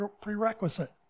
prerequisite